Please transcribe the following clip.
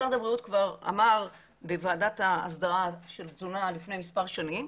משרד הבריאות כבר אמר בוועדת ההסדרה של תזונה לפני מספר שנים,